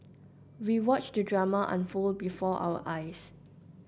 we watched the drama unfold before our eyes